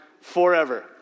forever